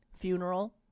funeral